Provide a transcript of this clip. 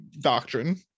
doctrine